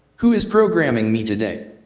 who is programming me today?